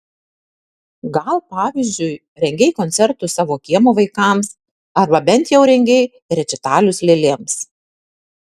gal pavyzdžiui rengei koncertus savo kiemo vaikams arba bent jau rengei rečitalius lėlėms